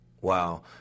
Wow